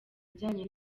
ajyanye